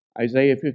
Isaiah